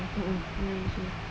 mmhmm malaysian